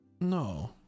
No